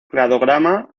cladograma